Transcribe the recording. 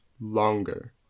longer